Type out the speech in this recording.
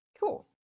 Cool